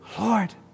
lord